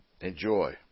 Enjoy